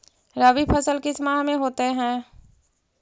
रवि फसल किस माह में होते हैं?